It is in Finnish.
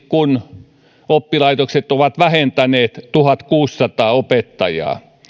kun samanaikaisesti oppilaitokset ovat vähentäneet tuhatkuusisataa opettajaa